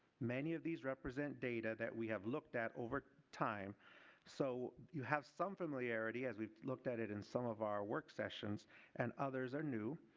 many of these represent data we have looked at over time so you have some familiarity as we looked at it in some of our work sessions and others are new.